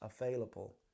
available